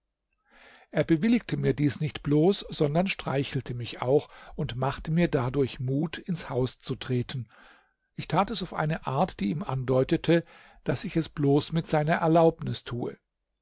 er bewilligte mir dies nicht bloß sondern streichelte mich auch und machte mir dadurch mut ins haus zu treten ich tat es auf eine art die ihm andeutete daß ich es bloß mit seiner erlaubnis tue